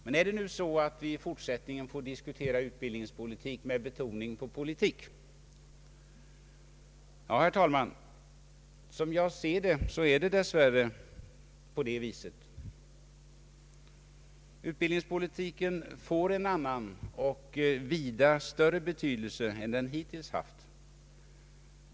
Men är det nu så att vi i fortsättningen får diskutera utbildningspolitik med betoningen på politik? Herr talman! Som jag ser saken är det dess värre på det senare viset. Utbildningspolitiken får en annan och vida större betydelse än den hittills haft.